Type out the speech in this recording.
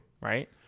right